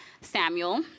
Samuel